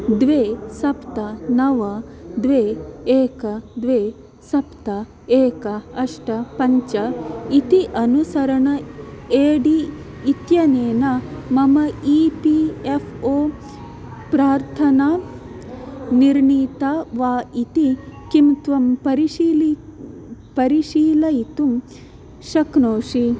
द्वे सप्त नव द्वे एकं द्वे सप्त एकं अष्ट पञ्च इति अनुसरण एडी इत्यनेन मम ई पी एफ़् ओ प्रार्थना निर्णीता वा इति किं त्वं परिशीलि परिशीलयितुं शक्नोषि